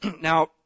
Now